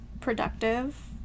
productive